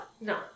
No